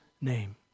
name